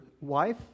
wife